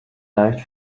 leicht